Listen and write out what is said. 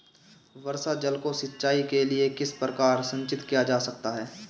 वर्षा जल को सिंचाई के लिए किस प्रकार संचित किया जा सकता है?